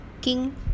King